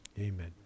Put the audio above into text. Amen